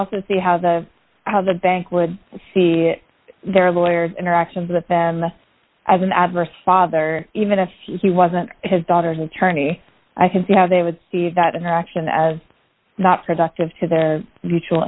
also see how the how the bank would see their lawyer interactions with them as an adverse father even if he wasn't his daughter's attorney i can see how they would see that interaction as not productive to the